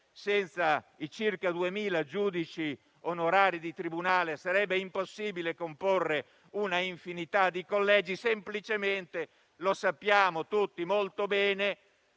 senza i circa 2.000 giudici onorari di tribunale sarebbe impossibile comporre una infinità di collegi. Sappiamo tutti molto bene